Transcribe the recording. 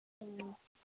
ꯎꯝ